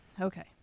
okay